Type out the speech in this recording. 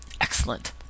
Excellent